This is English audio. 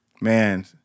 Man